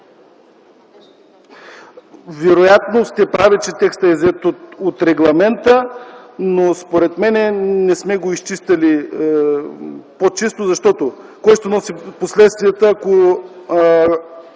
Вероятно сте права, че текстът е взет от регламента, но според мен не сме го направили по-чисто, защото кой ще носи последствията, ако